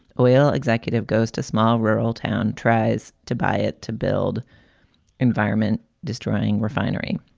oil executive goes to small rural town, tries to buy it to build environment destroying refinery,